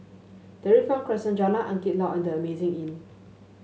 Dairy Farm Crescent Jalan Angin Laut and The Amazing Inn